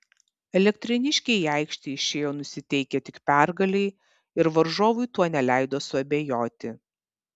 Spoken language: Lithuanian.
elektrėniškiai į aikštę išėjo nusiteikę tik pergalei ir varžovui tuo neleido suabejoti